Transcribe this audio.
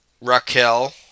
Raquel